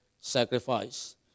sacrifice